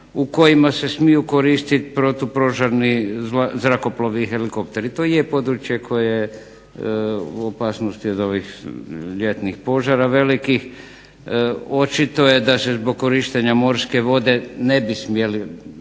u kojima se smiju koristiti protupožarni zrakoplovi i helikopteri. To i je područje koje je u opasnosti od ovih ljetnih požara velikih. Očito je da se zbog korištenja morske vode ne bi smjeli